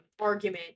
argument